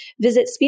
Visit